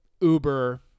Uber